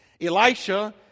Elisha